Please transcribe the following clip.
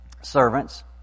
servants